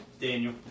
Daniel